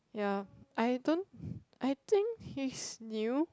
ya I don't I think he's new